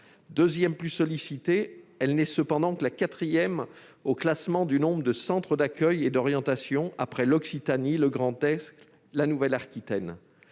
Deuxième plus sollicitée, elle n'est cependant que la quatrième au classement du nombre de centres d'accueil et d'orientation après l'Occitanie, le Grand Est et la Nouvelle-Aquitaine.